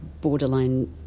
...borderline